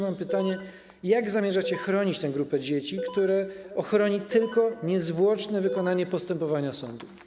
Mam pytanie, jak zamierzacie chronić tę grupę dzieci, które ochroni tylko niezwłoczne wykonanie postępowania sądu.